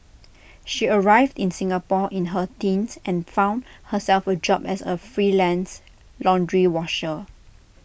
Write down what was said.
she arrived in Singapore in her teens and found herself A job as A freelance laundry washer